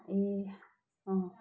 ए अँ